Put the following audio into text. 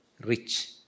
rich